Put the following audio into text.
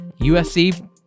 usc